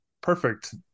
perfect